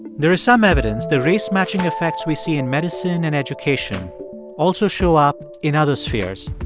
there is some evidence the race-matching effects we see in medicine and education also show up in other spheres.